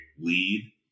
lead